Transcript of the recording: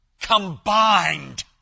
combined